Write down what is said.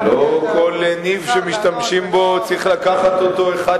לא כל ניב שמשתמשים בו צריך לקחת אותו אחד